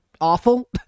awful